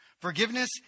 Forgiveness